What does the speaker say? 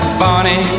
funny